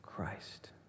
Christ